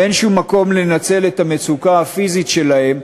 ואין שום מקום לנצל את המצוקה הפיזית שלהם,